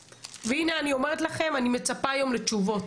והנה, אני אומרת לכם, אני מצפה היום לתשובות.